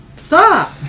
Stop